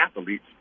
athletes